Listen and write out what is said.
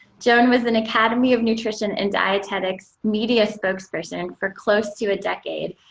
joan was an academy of nutrition and dietetics media spokesperson for close to a decade.